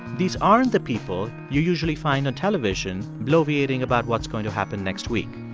these aren't the people you usually find on television bloviating about what's going to happen next week.